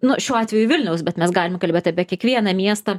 nu šiuo atveju vilniaus bet mes galim kalbėt apie kiekvieną miestą